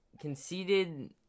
conceded